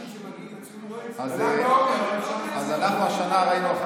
שמגיעים לציון --- אז אנחנו השנה ראינו,